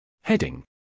Heading